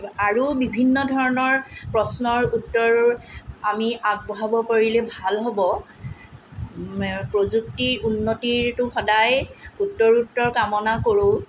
আৰু বিভিন্ন ধৰণৰ প্ৰশ্নৰ উত্তৰ আমি আগবঢ়াব পাৰিলে ভাল হ'ব প্ৰযুক্তিৰ উন্নতিৰটো সদায় উত্তৰোত্তৰ কামনা কৰোঁ